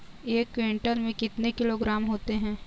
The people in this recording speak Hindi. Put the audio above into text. एक क्विंटल में कितने किलोग्राम होते हैं?